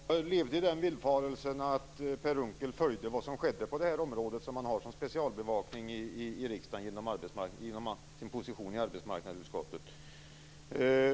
Fru talman! Jag levde i den villfarelsen att Per Unckel följde vad som skedde på det här området som han har specialbevakning på i riksdagen genom sin position i arbetsmarknadsutskottet.